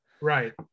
Right